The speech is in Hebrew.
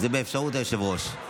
זה באפשרות היושב-ראש.